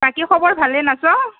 বাকী খবৰ ভালেই না সব